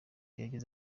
yagize